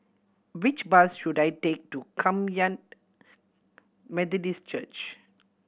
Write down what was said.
which bus should I take to Kum Yan Methodist Church